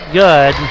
good